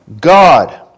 God